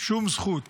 שום זכות